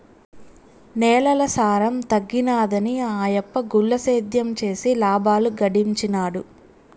నేలల సారం తగ్గినాదని ఆయప్ప గుల్ల సేద్యం చేసి లాబాలు గడించినాడు